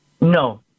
No